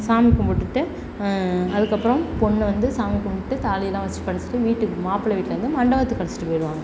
சாமி கும்பிட்டுட்டு அதுக்கப்புறம் பொண்ணு வந்து சாமி கும்பிட்டு தாலிலாம் வெச்சி படைச்சிட்டு வீட்டுக்கு மாப்பிள்ளை வீட்டுலேந்து மண்டபத்துக்கு அழைச்சிட்டு போய்விடுவாங்க